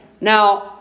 Now